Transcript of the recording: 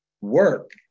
work